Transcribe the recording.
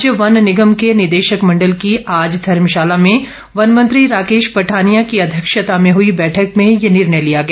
राज्य वन निगम के निदेशक मंडल की आज धर्मशाला में वन मंत्री राकेश पठानिया की अध्यक्षता में हुई बैठक में ये निर्णय लिया गया